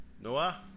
Noah